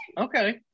okay